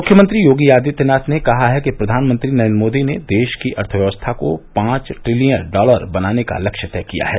मुख्यमंत्री योगी आदित्यनाथ ने कहा है कि प्रधानमंत्री नरेन्द्र मोदी ने देश की अर्थव्यवस्था को पांच ट्रिलियन डॉलर बनाने का लक्ष्य तय किया है